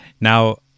Now